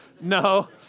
No